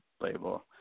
label